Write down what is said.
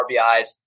RBIs